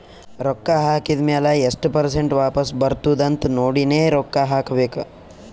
ರೊಕ್ಕಾ ಹಾಕಿದ್ ಮ್ಯಾಲ ಎಸ್ಟ್ ಪರ್ಸೆಂಟ್ ವಾಪಸ್ ಬರ್ತುದ್ ಅಂತ್ ನೋಡಿನೇ ರೊಕ್ಕಾ ಹಾಕಬೇಕ